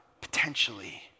potentially